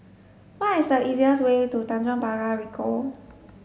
what is the easiest way to Tanjong Pagar Ricoh